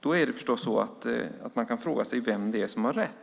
Då kan man fråga sig vem det är som har rätt.